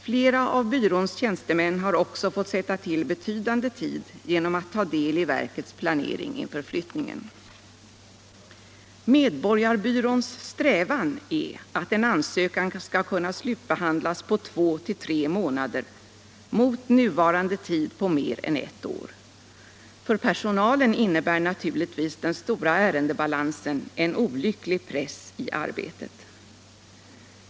Flera av byråns tjänstemän har också fått sätta till betydande tid genom att ta del i verkets planering inför flyttningen.” Medborgarbyråns strävan är att en ansökan skall kunna slutbehandlas på två till tre månader mot nuvarande tid på mer än ett år. För personalen innebär naturligtvis den stora ärendebalansen en olycklig press i arbetet.